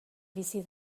bizi